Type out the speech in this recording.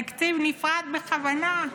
תקציב נפרד בכוונה,